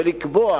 ולקבוע